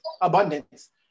abundance